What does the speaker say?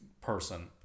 person